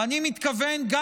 ואני מתכוון גם